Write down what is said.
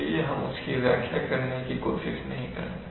इसलिए हम उसकी व्याख्या करने की कोशिश नहीं करेंगे